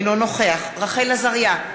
אינו נוכח רחל עזריה,